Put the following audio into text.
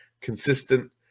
consistent